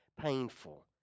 painful